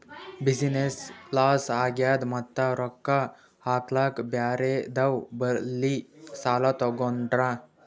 business loss ಆಗ್ಯಾದ್ ಮತ್ತ ರೊಕ್ಕಾ ಹಾಕ್ಲಾಕ್ ಬ್ಯಾರೆದವ್ ಬಲ್ಲಿ ಸಾಲಾ ತೊಗೊಂಡ್ರ